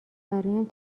برایم